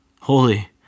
Holy